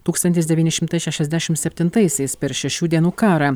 tūkstantis devyni šimtai šešiasdešimt septintaisiais per šešių dienų karą